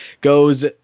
goes